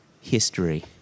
history